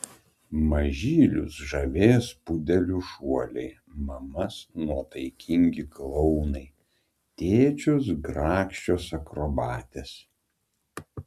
mažylius žavės pudelių šuoliai mamas nuotaikingi klounai tėčius grakščios akrobatės